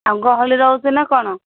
ହଁ ଗହଳି ରହୁଛି ନା କ'ଣ